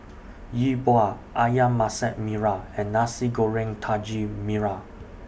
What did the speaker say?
Yi Bua Ayam Masak Merah and Nasi Goreng Daging Merah